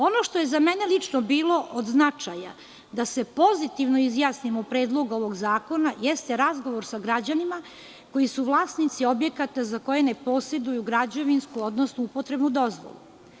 Ono što je za mene lično bilo od značaja da se pozitivno izjasnim o predlogu ovog zakona jeste razgovor sa građanima koji su vlasnici objekata za koje ne poseduju građevinsku, odnosno upotrebnu dozvolu.